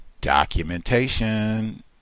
documentation